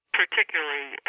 particularly